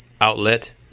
outlet